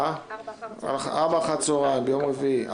ארבע אחר הצוהריים, ביום רביעי.